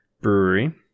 brewery